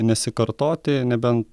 nesikartoti nebent